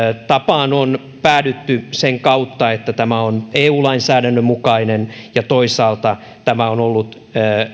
tapaan on päädytty sen kautta että tämä on eu lainsäädännön mukainen ja toisaalta tämä on ollut